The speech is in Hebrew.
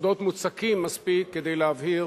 יסודות מספיק מוצקים כדי להבהיר